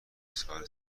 حصار